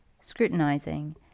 scrutinizing